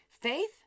Faith